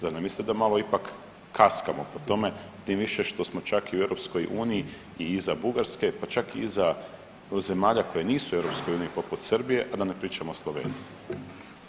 Zar ne mislite da malo ipak kaskamo po tome tim više što smo čak i u EU i iza Bugarske pa čak iza zemalja koje nisu u EU poput Srbije, a da ne pričamo o Sloveniji?